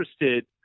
interested